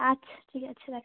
আচ্ছা ঠিক আছে রাখছি